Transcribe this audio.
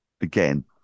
again